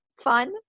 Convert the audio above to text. fun